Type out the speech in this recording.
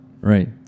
Right